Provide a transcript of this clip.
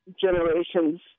generation's